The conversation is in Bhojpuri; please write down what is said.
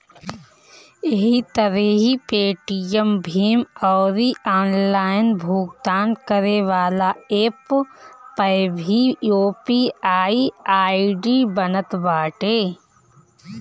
एही तरही पेटीएम, भीम अउरी ऑनलाइन भुगतान करेवाला एप्प पअ भी यू.पी.आई आई.डी बनत बाटे